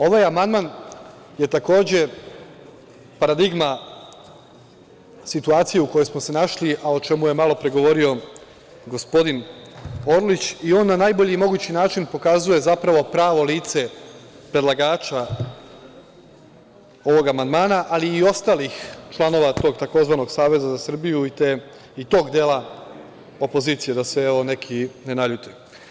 Ovaj amandman je takođe paradigma situacije u kojoj smo našli, a o čemu je malopre govorio gospodin Orlić i on na najbolji mogući način pokazuje, zapravo, pravo lice predlagača ovog amandmana ali i ostalih članova tog tzv. Saveza za Srbiju i tog dela opozicije, da se neki ne naljute.